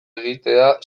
egitea